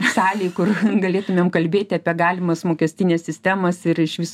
salėj kur galėtumėm kalbėti apie galimas mokestines sistemas ir išvis